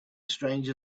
stranger